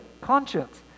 conscience